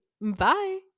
Bye